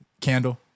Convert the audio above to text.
candle